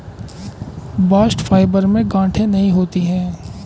bast fibre में गांठे नहीं होती है